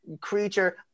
creature